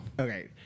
Okay